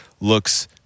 looks